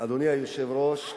אדוני היושב-ראש,